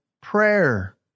prayer